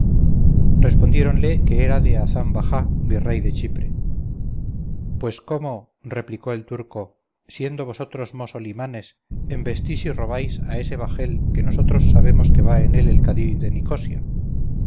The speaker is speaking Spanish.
respondiéronle que era de hazán bajá virrey de chipre pues cómo replicó el turco siendo vosotros mosolimanes embestís y robáis a ese bajel que nosotros sabemos que va en él el cadí de nicosia